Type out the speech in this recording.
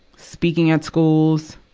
speaking at schools,